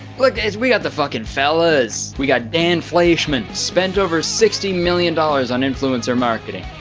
look guys, we got the fucking fellahs. we got dan fleyshman. spent over sixty million dollars on influencer marketing.